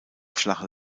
flache